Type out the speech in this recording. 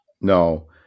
No